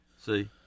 See